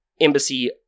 embassy